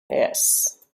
yes